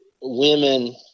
women